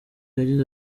yagize